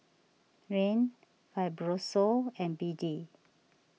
Rene Fibrosol and B D